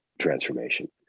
transformation